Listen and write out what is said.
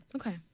okay